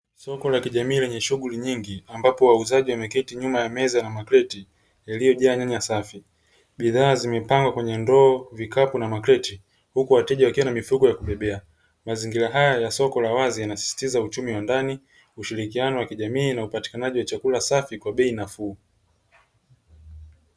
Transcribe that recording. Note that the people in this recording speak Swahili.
Soko la kijamii lenye shughuli nyingi ambapo wauzaji wameketi nyuma ya meza na makreti yaliyojaa nyanya safi. Bidhaa zimepangwa kwenye ndoo vikapu na makreti imewekwa na mifuko ya kubebe . Mazingira haya ya soko ya wazi yanasisitiza uchumi wa ndani ushirikiano wa kijamii na upatikanaji kwa bei nafuu.